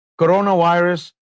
coronavirus